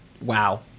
Wow